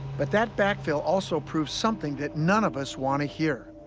but that backfill also proved something that none of us wanna hear.